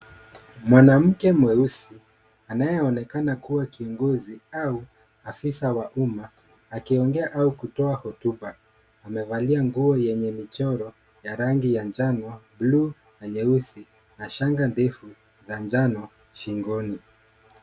Mwanamke mweusi anayeonekana kuwa kiongozi au afisa wa umma akiongea au kuto hotuba, amevalia nguo yenye mchoro ya rangi ya manjano, buluu na nyeusi na shanga ndefu la njano shingoni.